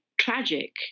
tragic